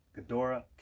Ghidorah